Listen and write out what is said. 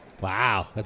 Wow